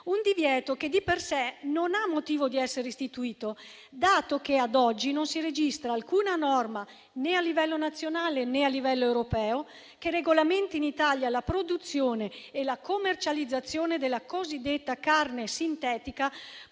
un divieto che di per sé non ha motivo di essere istituito, dato che ad oggi non si registra alcuna norma, né a livello nazionale né a livello europeo, che regolamenti in Italia la produzione e la commercializzazione della cosiddetta carne sintetica,